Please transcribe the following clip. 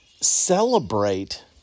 celebrate